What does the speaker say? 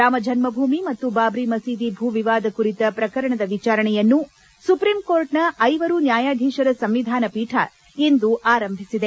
ರಾಮ ಜನ್ನಭೂಮಿ ಮತ್ತು ಬಾಬರಿ ಮಸೀದಿ ಭೂ ವಿವಾದ ಕುರಿತ ಪ್ರಕರಣದ ವಿಚಾರಣೆಯನ್ನು ಸುಪ್ರೀಂಕೋರ್ಟ್ನ ಐವರು ನ್ನಾಯಾಧೀಶರ ಸಂವಿಧಾನ ಪೀಠ ಇಂದು ಆರಂಭಿಸಿದೆ